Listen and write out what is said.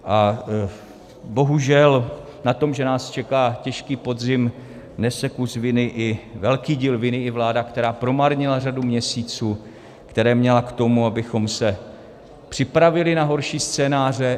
A bohužel na tom, že nás čeká těžký podzim, nese kus viny, velký díl viny, i vláda, která promarnila řadu měsíců, které měla k tomu, abychom se připravili na horší scénáře.